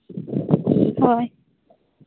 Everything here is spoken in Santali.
ᱦᱳᱭ